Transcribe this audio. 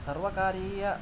सर्वकारीय